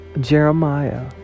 Jeremiah